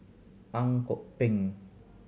Ang Kok Peng